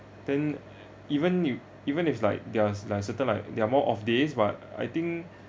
then even you even if like there are like certain like there are more off days but I think